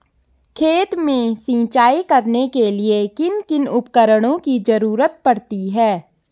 खेत में सिंचाई करने के लिए किन किन उपकरणों की जरूरत पड़ती है?